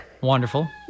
wonderful